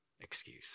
excuse